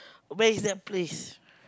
where is that place